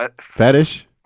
fetish